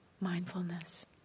mindfulness